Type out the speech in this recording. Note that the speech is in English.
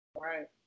Right